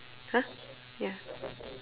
!huh! ya